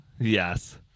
Yes